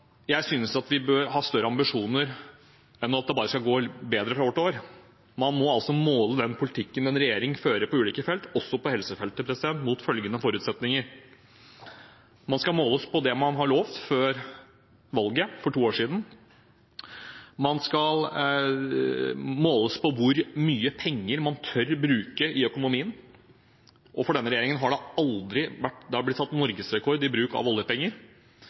Jeg synes vi bør ha større ambisjoner enn at det bare skal gå bedre fra år til år. Man må altså måle politikken en regjering fører på ulike felt, også på helsefeltet, mot følgende forutsetninger: Man skal måles på det man lovet før valget for to år siden. Man skal måles på hvor mye penger man tør bruke i økonomien, og denne regjeringen har satt norgesrekord i bruk av oljepenger.